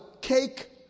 cake